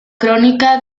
crónica